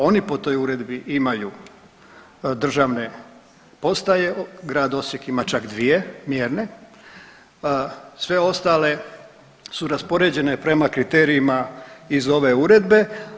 Oni po toj uredbi imaju državne postaje, grad Osijek ima čak dvije mjerne, sve ostale su raspoređene prema kriterijima iz ove uredbe.